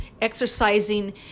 exercising